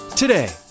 Today